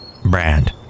Brand